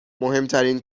مهمترین